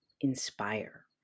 inspire